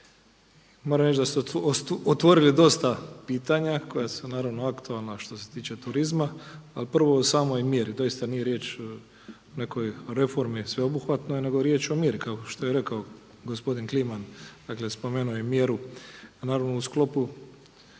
Moram reći da ste otvorili dosta pitanja koja su naravno aktualna što se tiče turizma, ali prvo o samoj mjeri. Doista nije riječ o nekoj reformi sveobuhvatnoj, nego je riječ o mjeri kao što je rekao gospodin Kliman. Dakle, spomenuo je mjeru a naravno u sklopu